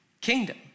kingdom